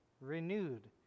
renewed